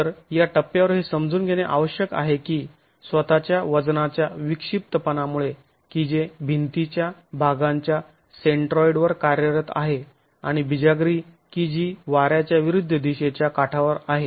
तर या टप्प्यावर हे समजून घेणे आवश्यक आहे की स्वतःच्या वजनाच्या विक्षिप्तपणामुळे की जे भिंतीच्या भागांच्या सेंट्रॉइडवर कार्यरत आहे आणि बिजागरी की जी वाऱ्याच्या विरुद्ध दिशेच्या काठावर आहेत